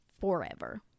Forever